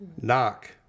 knock